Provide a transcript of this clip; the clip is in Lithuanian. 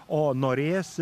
o norės